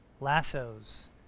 lasso's